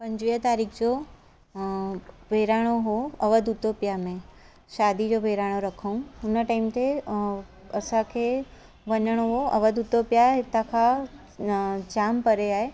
पंजवीह तारीख़ जो अ बहिराणो हो अवध उतोपिया में शादी जो बहिराणो रखऊं हुन टाइम ते अ असांखे वञिणो हो अवध उतोपिया हितां खां जामु परे आहे